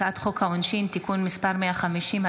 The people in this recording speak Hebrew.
הצעת חוק העונשין (תיקון מס' 150),